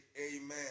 Amen